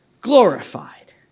glorified